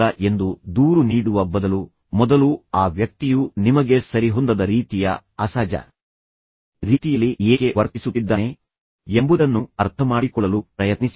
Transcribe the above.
ಇತರರಿಗೆ ಅರ್ಥವಾಗುತ್ತಿಲ್ಲ ಎಂದು ದೂರು ನೀಡುವ ಬದಲು ಮೊದಲು ಆ ವ್ಯಕ್ತಿಯು ನಿಮಗೆ ಸರಿಹೊಂದದ ರೀತಿಯ ಅಸಹಜ ರೀತಿಯಲ್ಲಿ ಏಕೆ ವರ್ತಿಸುತ್ತಿದ್ದಾನೆ ಎಂಬುದನ್ನು ಅರ್ಥಮಾಡಿಕೊಳ್ಳಲು ಪ್ರಯತ್ನಿಸಿ